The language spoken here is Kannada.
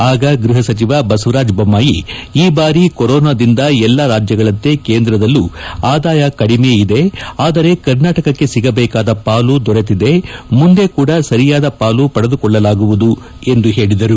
ಆಗ ಗೃಹ ಸಚಿವ ಬಸವರಾಜ ಬೊಮ್ಮಾಯಿ ಈ ಬಾರಿ ಕೊರೊನಾದಿಂದ ಎಲ್ಲಾ ರಾಜ್ಯಗಳಂತೆ ಕೇಂದ್ರದಲ್ಲೂ ಆದಾಯ ಕಡಿಮೆ ಇದೆ ಆದರೆ ಕರ್ನಾಟಕಕ್ಕೆ ಸಿಗಬೇಕಾದ ಪಾಲು ದೊರೆತಿದೆ ಮುಂದೆ ಕೂಡ ಸರಿಯಾದ ಪಾಲು ಪಡೆದುಕೊಳ್ಳಲಾಗುವುದು ಎಂದು ಅವರು ಹೇಳಿದರು